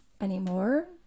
anymore